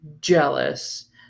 jealous